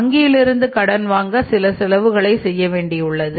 வங்கியிலிருந்து கடன் வாங்க சில செலவுகளை செய்ய வேண்டியுள்ளது